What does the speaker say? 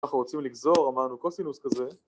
‫אנחנו רוצים לגזור, אמרנו, ‫קוסינוס כזה.